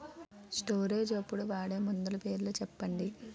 Storage అప్పుడు వాడే మందులు పేర్లు చెప్పండీ?